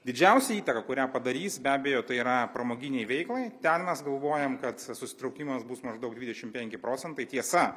didžiausią įtaką kurią padarys be abejo tai yra pramoginei veiklai ten mes galvojam kad tas susitraukimas bus maždaug dvidešim penki procentai tiesa